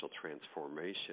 transformation